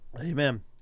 Amen